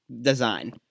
design